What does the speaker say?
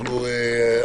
אני מחדש את הישיבה.